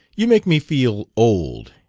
you make me feel old,